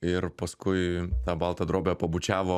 ir paskui tą baltą drobę pabučiavo